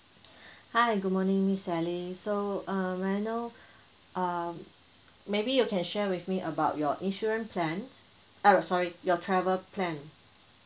hi good morning miss sally so err may I know um maybe you can share with me about your insurance plan uh sorry your travel plan